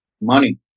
money